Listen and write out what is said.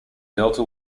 delta